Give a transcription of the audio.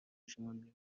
گوشمان